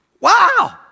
Wow